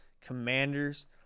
Commanders